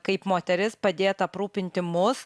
kaip moteris padėt aprūpinti mus